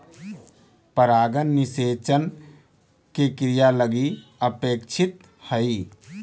परागण निषेचन के क्रिया लगी अपेक्षित हइ